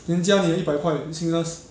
人家有一百块已经二十